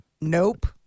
Nope